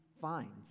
finds